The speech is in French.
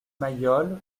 mayol